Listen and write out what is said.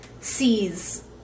sees